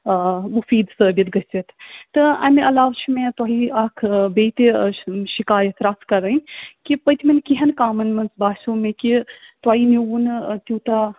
مُفیٖد ثٲبِت گٔژھِتھ تہٕ اَمہِ علاوٕ چھِ مےٚ تۄہہِ اَکھ بیٚیہِ تہِ شِکایت رژھ کَرٕنۍ کہِ پٔتمٮ۪ن کیٚنٛہن کامَن منٛز باسٮ۪و مےٚ کہِ تۄہہِ نیوٕ نہٕ تیٛوٗتاہ